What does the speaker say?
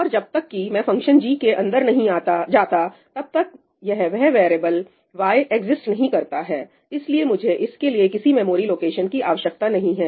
और जब तक कि मैं फंक्शन g के अंदर नहीं जाता तब तक यह वह वेरिएबल y एग्जिस्ट नहीं करता है इसलिए मुझे इसके लिए किसी मेमोरी लोकेशन की आवश्यकता नहीं है